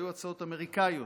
היו הצעות אמריקאיות,